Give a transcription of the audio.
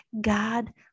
God